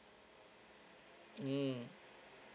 hmm